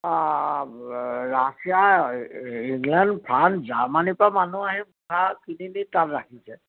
Russia England France জাৰ্মানীৰপৰা মানুহ আহি মুখা কিনি নি তাত ৰাখিছে